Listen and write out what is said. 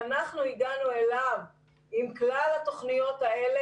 אנחנו הגענו אליו עם כלל התוכניות האלה